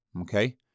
okay